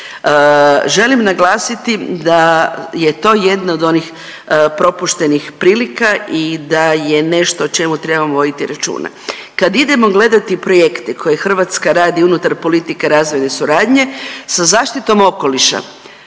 Želim naglasiti da je to jedna od onih propuštenih prilika i da je nešto o čemu trebamo voditi računa. Kad idemo gledati projekte koje Hrvatska radi unutar politika razvojne suradnje sa zaštitom okoliša